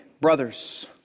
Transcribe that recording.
brothers